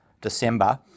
December